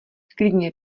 klidně